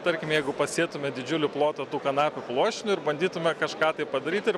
tarkim jeigu pasėtume didžiulį plotą tų kanapių pluoštinių ir bandytume kažką tai padaryt ir